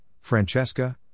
Francesca